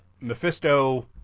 mephisto